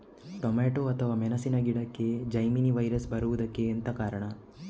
Tomato ಅಥವಾ ಮೆಣಸಿನ ಗಿಡಕ್ಕೆ ಜೆಮಿನಿ ವೈರಸ್ ಬರುವುದಕ್ಕೆ ಎಂತ ಕಾರಣ?